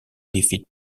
defeat